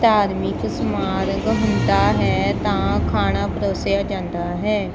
ਧਾਰਮਿਕ ਸਮਾਗਮ ਹੁੰਦਾ ਹੈ ਤਾਂ ਖਾਣਾ ਪਰੋਸਿਆ ਜਾਂਦਾ ਹੈ